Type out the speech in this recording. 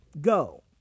go